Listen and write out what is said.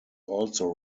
also